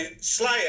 Slayer